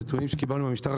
מהנתונים שקיבלנו מהמשטרה,